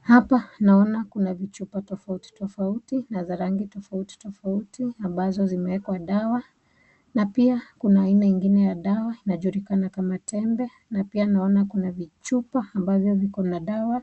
Hapa naona kuna vichupa tofauti tofauti na za rangi tofauti tofauti ambazo zimewekwa dawa na pia kuna aina ingine ya dawa inajulikana kama tembe na pia naona vichupa ambavyo viko na dawa